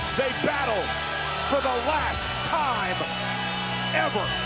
battle for the last time ever.